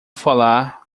falar